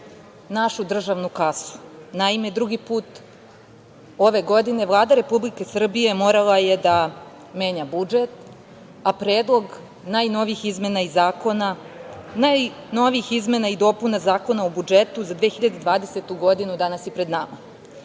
našu državnu kasu. Naime, drugi put ove godine Vlada Republike Srbije morala je da menja budžet, a predlog najnovijih izmena i dopuna Zakona o budžetu za 2020. godinu danas je pred nama.S